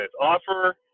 offer